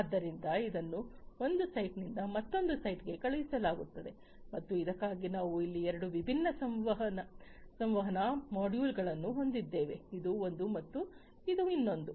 ಆದ್ದರಿಂದ ಇದನ್ನು ಒಂದು ಸೈಟ್ನಿಂದ ಮತ್ತೊಂದು ಸೈಟ್ಗೆ ಕಳುಹಿಸಲಾಗುತ್ತದೆ ಮತ್ತು ಇದಕ್ಕಾಗಿ ನಾವು ಇಲ್ಲಿ ಎರಡು ವಿಭಿನ್ನ ಸಂವಹನ ಮಾಡ್ಯೂಲ್ಗಳನ್ನು ಹೊಂದಿದ್ದೇವೆ ಇದು ಒಂದು ಮತ್ತು ಇದು ಇನ್ನೊಂದು